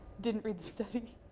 didn't read the study.